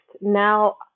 now